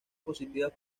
positivas